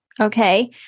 Okay